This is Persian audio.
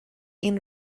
این